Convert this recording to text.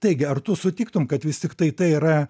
taigi ar tu sutiktum kad vis tiktai tai yra